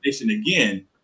again